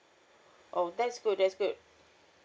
oh that's good that's good